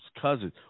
cousins